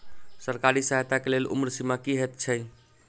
सरकारी सहायता केँ लेल उम्र सीमा की हएत छई?